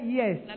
yes